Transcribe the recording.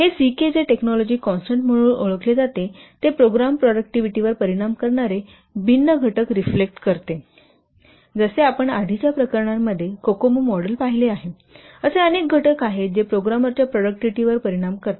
हे C K जे technology constant म्हणून ओळखले जाते ते प्रोग्रामर प्रॉडक्टिव्हिटी वर परिणाम करणारे भिन्न घटक रिफ्लेक्ट करते जसे आपण आधीच्या प्रकरणांमध्ये COCOMO मॉडेल पाहिले आहे असे अनेक घटक आहेत जे प्रोग्रामरच्या प्रॉडक्टिव्हिटीवर परिणाम करतात